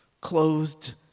clothed